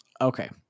Okay